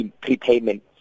prepayment